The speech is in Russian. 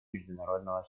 международного